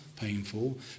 painful